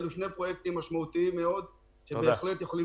אלה שני פרויקטים משמעותיים מאוד והם בהחלט יכולים